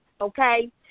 okay